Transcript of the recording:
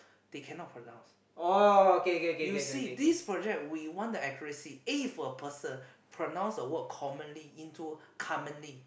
they cannot pronounce you see this project we want the accuracy if a person pronounce a word commonly into commonly